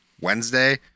Wednesday